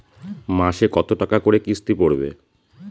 মাসে কত টাকা করে কিস্তি পড়বে?